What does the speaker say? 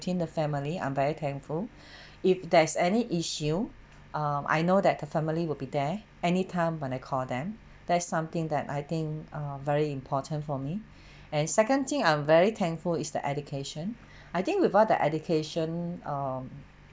the family I'm very thankful if there's any issue um I know that the family will be there anytime when you call them there's something that I think ah very important for me and second thing I'm very thankful is the education I think with all the education um